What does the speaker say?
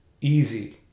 easy